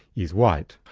is white.